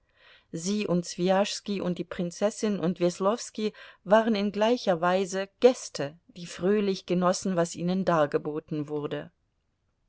sie und swijaschski und die prinzessin und weslowski waren in gleicher weise gäste die fröhlich genossen was ihnen dargeboten wurde